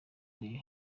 rayons